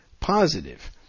positive